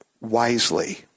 wisely